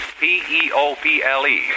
P-E-O-P-L-E